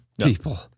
people